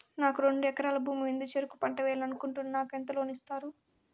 నాకు రెండు ఎకరాల భూమి ఉంది, చెరుకు పంట వేయాలని అనుకుంటున్నా, నాకు ఎంత లోను ఇస్తారు?